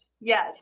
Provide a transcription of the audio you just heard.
yes